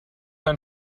dein